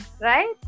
right